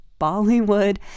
bollywood